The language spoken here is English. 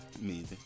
Amazing